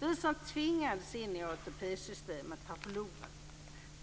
Vi som tvingades in i ATP-systemet har förlorat,